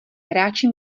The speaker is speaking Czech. hráči